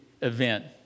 event